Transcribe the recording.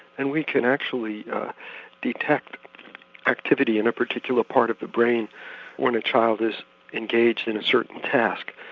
and we can actually detect activity in a particular part of the brain when a child is engaged in a certain task.